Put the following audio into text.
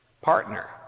Partner